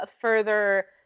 further